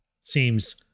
Seems